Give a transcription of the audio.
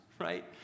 right